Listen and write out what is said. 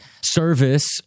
service